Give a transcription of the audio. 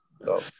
No